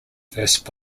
first